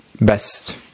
best